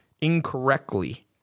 incorrectly